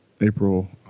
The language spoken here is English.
April